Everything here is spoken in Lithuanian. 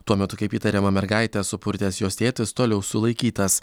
tuo metu kaip įtariama mergaitę supurtęs jos tėtis toliau sulaikytas